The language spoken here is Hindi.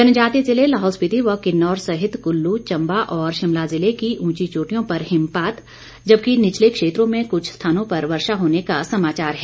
जनजातीय ज़िले लाहौल स्पिति व किन्नौर सहित कुल्लू चंबा और शिमला ज़िले की ऊंची चोटियों पर हिमपात जबकि निचले क्षेत्रों में कुछ स्थानों पर वर्षा होने का समाचार है